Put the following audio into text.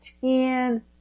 ten